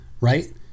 right